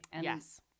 Yes